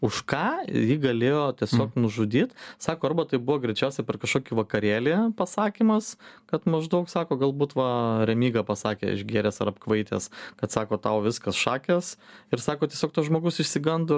už ką ji galėjo tiesiog nužudyt sako arba tai buvo greičiausia per kažkokį vakarėlį pasakymas kad maždaug sako galbūt va remyga pasakė išgėręs ar apkvaitęs kad sako tau viskas šakės ir sako tiesiog tas žmogus išsigando